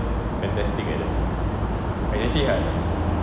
fantastic eh eh actually ya